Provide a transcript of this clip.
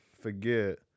forget